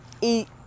eat